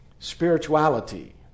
spirituality